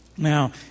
Now